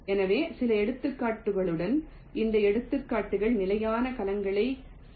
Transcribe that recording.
எனவே சில எடுத்துக்காட்டுகள் இந்த எடுத்துக்காட்டுகள் நிலையான கலங்களைக் கொண்டுள்ளன